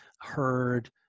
heard